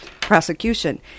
prosecution